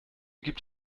gibt